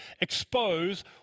expose